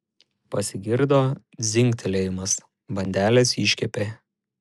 pasigirdo dzingtelėjimas bandelės iškepė